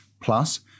Plus